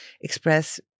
express